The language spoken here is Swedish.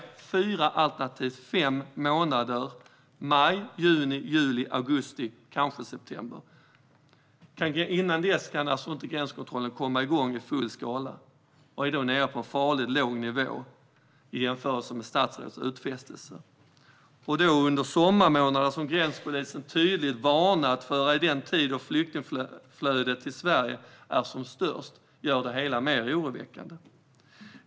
Det tar alltså fyra alternativt fem månader - maj, juni, juli, augusti och kanske september - innan gränskontrollen kan komma igång i full skala. Den är då nere på en farligt låg nivå i jämförelse med statsrådets utfästelser. Att det gäller sommarmånaderna, som gränspolisen tydligt har varnat för är den tid då flyktingflödet till Sverige är som störst, gör det hela mer oroväckande.